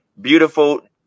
beautiful